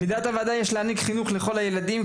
ב׳: יש להעניק חינוך לכל הילדים,